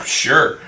sure